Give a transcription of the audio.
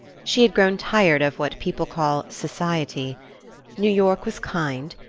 she had grown tired of what people called society new york was kind,